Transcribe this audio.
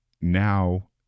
now